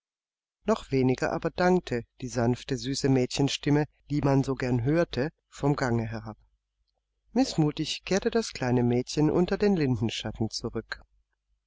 noch weniger aber dankte die sanfte süße mädchenstimme die man so gern hörte vom gange herab mißmutig kehrte das kleine mädchen unter den lindenschatten zurück